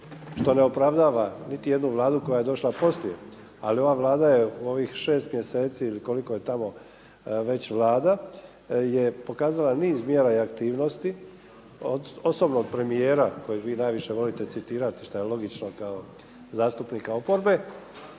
što ne opravdava niti jednu Vladu koja je došla poslije. Ali ova Vlada je u ovih 6 mjeseci ili koliko je tamo već Vlada je pokazala niz mjera i aktivnosti osobno od premijera kojeg vi najviše volite citirati šta je logično kao zastupnika oporbe